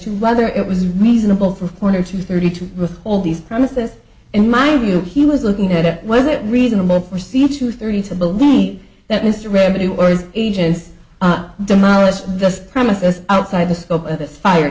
to whether it was reasonable for foreigners to thirty two with all these promises and mind you he was looking at it was it reasonable for c to thirty to believe that mr revenue or is agent's demolished just premises outside the scope of this fire